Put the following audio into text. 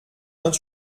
vingt